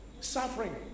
suffering